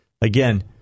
Again